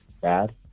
bad